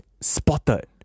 Spotted